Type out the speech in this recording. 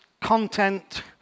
content